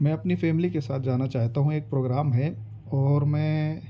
میں اپنی فیملی کے ساتھ جانا چاہتا ہوں ایک پروگرام ہے اور میں